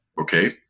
okay